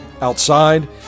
outside